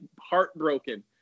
heartbroken